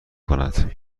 کند